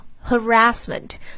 harassment